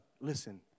Listen